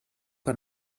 que